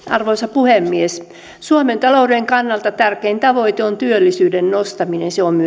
arvoisa puhemies suomen talouden kannalta tärkein tavoite on työllisyyden nostaminen se on